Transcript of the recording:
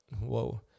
Whoa